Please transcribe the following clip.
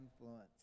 influence